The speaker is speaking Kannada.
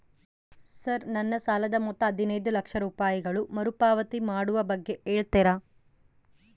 ಸರ್ ನನ್ನ ಸಾಲದ ಮೊತ್ತ ಹದಿನೈದು ಲಕ್ಷ ರೂಪಾಯಿಗಳು ಮರುಪಾವತಿ ಮಾಡುವ ಬಗ್ಗೆ ಹೇಳ್ತೇರಾ?